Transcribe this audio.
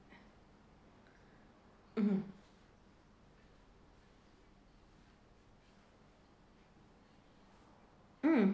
mm mm